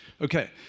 Okay